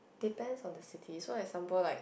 depends on the city so example like